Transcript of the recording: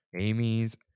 Amy's